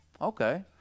okay